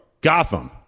Gotham